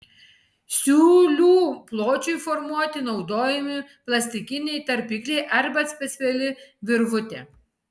siūlių pločiui formuoti naudojami plastikiniai tarpikliai arba speciali virvutė